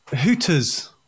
Hooters